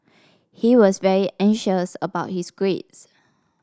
he was very anxious about his grades